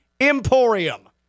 emporium